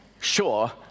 Sure